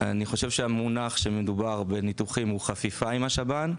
אני חושב שהמונח שמדובר בניתוחים הוא חפיפה עם השב"ן,